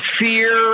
fear